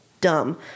dumb